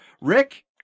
Rick